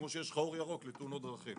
כמו שיש לך אור ירוק לתאונות דרכים.